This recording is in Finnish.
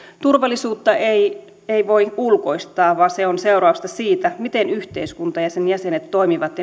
turvallisuutta ei ei voi ulkoistaa vaan se on seurausta siitä miten yhteiskunta ja sen jäsenet toimivat